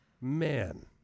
Man